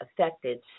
affected